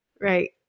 Right